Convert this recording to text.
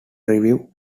review